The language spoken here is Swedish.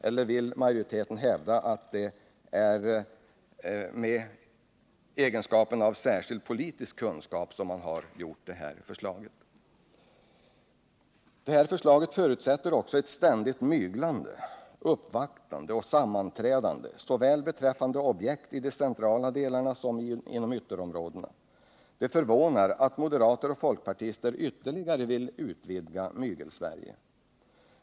Eller vill majoriteten hävda att det är med särskild politisk kunskap man lagt fram det här förslaget? Förslaget förutsätter också ett ständigt myglande, uppvaktande och sammanträdande beträffande objekt såväl i de centrala delarna som inom ytterområdena. Det förvånar att moderater och folkpartister ytterligare vill utvidga Mygelsverige.